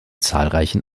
zahlreichen